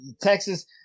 Texas